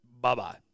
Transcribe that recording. Bye-bye